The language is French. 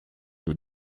nous